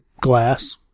Glass